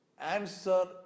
answer